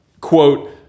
Quote